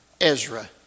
Ezra